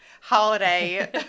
holiday